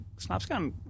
Snapscan